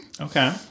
okay